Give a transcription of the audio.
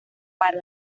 para